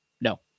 No